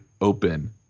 open